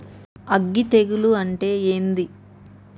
అగ్గి తెగులు అంటే ఏంది?